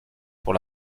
pour